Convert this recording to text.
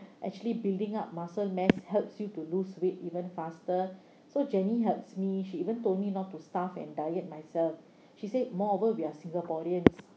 actually building up muscle mass helps you to lose weight even faster so jenny helps me she even told me not to starve and diet myself she said moreover we are singaporeans